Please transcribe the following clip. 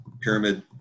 Pyramid